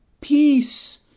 Peace